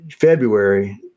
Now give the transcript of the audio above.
February